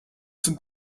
sind